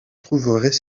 trouverez